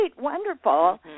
wonderful